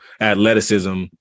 athleticism